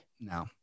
No